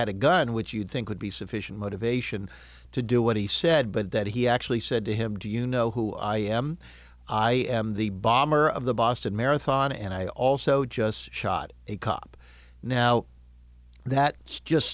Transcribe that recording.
had a gun which you'd think would be sufficient motivation to do what he said but that he actually said to him do you know who i am i am the bomber of the boston marathon and i also just shot a cop now that